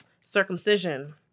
circumcision